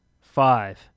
five